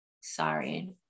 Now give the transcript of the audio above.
Sorry